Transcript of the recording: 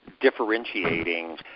differentiating